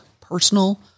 personal